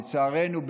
לצערנו,